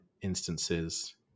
instances